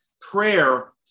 prayer